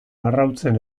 arrautzen